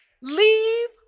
Leave